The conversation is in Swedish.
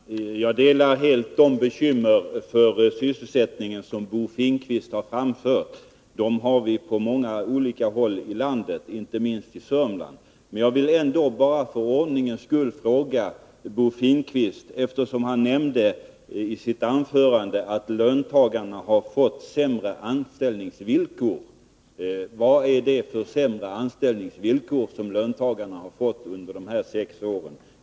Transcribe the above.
Fru talman! Jag delar helt de farhågor för sysselsättningen som Bo Finnkvist har framfört. De problemen har vi på många olika håll i landet, inte minst i Sörmland. Jag vill ändå för ordningens skull ställa en fråga till Bo Finnkvist, eftersom han nämner i sitt anförande att löntagarna har fått sämre anställningsvillkor. Vad är det för försämrade arbetsvillkor som löntagarna har fått under de senaste sex åren?